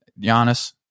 Giannis